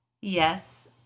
Yes